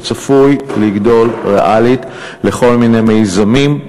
הוא צפוי לגדול ריאלית לכל מיני מיזמים.